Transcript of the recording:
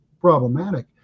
problematic